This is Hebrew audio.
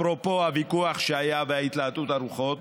אפרופו הוויכוח והתלהטות הרוחות,